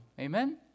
Amen